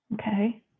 Okay